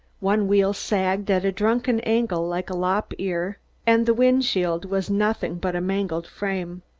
one wheel sagged at a drunken angle like a lop-ear and the wind-shield was nothing but a mangled frame.